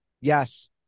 Yes